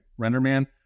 RenderMan